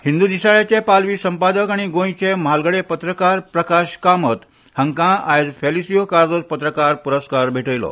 हिंद दिसाळ्याचे पालवी संपादक आनी गोंयचे म्हालगडे पत्रकार प्रकाश कामत हांकां आयज फेलिस्यु कार्दोज पत्रकार पुरस्कार भेटयलो